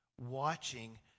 watching